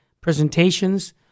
presentations